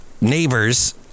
neighbors